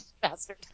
Bastard